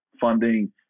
funding